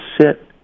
sit